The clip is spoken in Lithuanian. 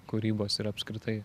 kūrybos ir apskritai